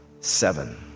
seven